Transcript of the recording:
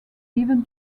even